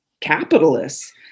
capitalists